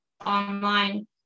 online